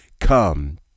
come